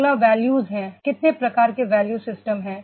अगला वैल्यूस् है कितने प्रकार के वैल्यू सिस्टम हैं